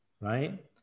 right